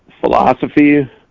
philosophy